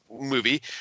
movie